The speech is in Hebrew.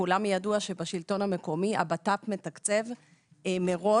לכולם ידוע שבשלטון המקומי הבט"פ מתקצב מראש.